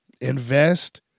invest